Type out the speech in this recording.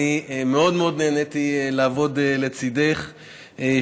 אני מאוד מאוד נהניתי לעבוד לצידך,